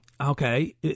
okay